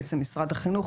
בעצם, משרד החינוך,